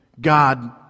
God